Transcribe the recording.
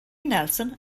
nelson